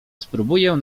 spróbuję